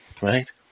right